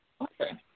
Okay